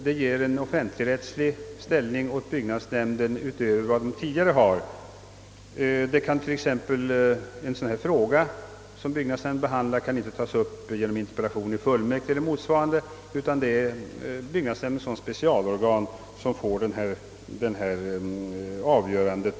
Det ger en offentligrättslig ställning åt byggnadsnämnden utöver vad den tidigare har. En fråga som byggnadsnämnden behandlar enligt denna lag kan t.ex. inte tas upp genom interpellation i fullmäktige eller på motsvarande sätt, utan byggnadsnämnden har avgörandet i sin egenskap av specialorgan.